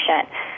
patient